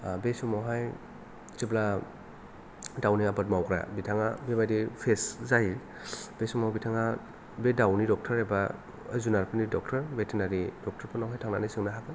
बे समावहाय जेब्ला दाउनि आबाद मावग्रा बिथाङा बेबादि पेस जायो बे समाव बिथाङा बे दाउनि ड'कटर एबा जुनारनि ड'कटर भेटेनारि ड'कटर फोरनावहाय थांनानै सोंनो हागोन